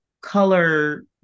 color